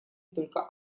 только